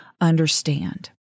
understand